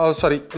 sorry